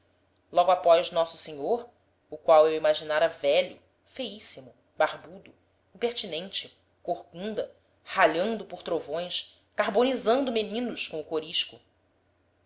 logo após nosso senhor o qual eu imaginara velho feiíssimo barbudo impertinente corcunda ralhando por trovões carbonizando meninos com o corisco